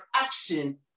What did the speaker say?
action